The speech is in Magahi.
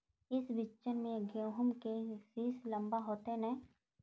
ई बिचन में गहुम के सीस लम्बा होते नय?